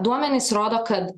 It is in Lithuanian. duomenys rodo kad